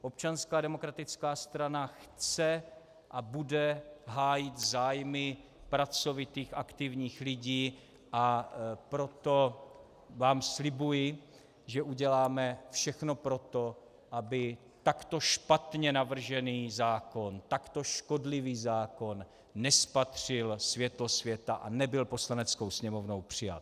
Občanská demokratická strana chce a bude hájit zájmy pracovitých aktivních lidí, a proto vám slibuji, že uděláme všechno pro to, aby takto špatně navržený zákon, takto škodlivý zákon nespatřil světlo světa a nebyl Poslaneckou sněmovnou přijat.